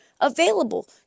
available